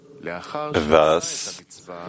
Thus